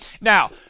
Now